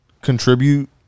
contribute